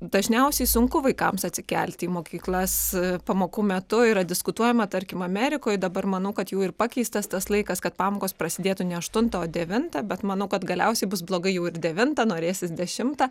dažniausiai sunku vaikams atsikelti į mokyklas pamokų metu yra diskutuojama tarkim amerikoj dabar manau kad jau ir pakeistas tas laikas kad pamokos prasidėtų ne aštuntą o devintą bet manau kad galiausiai bus blogai jau ir devintą norėsis dešimtą